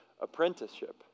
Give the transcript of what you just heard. apprenticeship